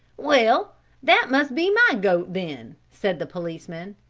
well that must be my goat, then, said the policeman.